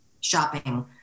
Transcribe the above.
shopping